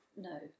No